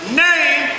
name